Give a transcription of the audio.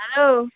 hello